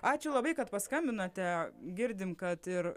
ačiū labai kad paskambinote girdim kad ir